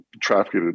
trafficked